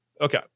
Okay